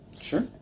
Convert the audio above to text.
Sure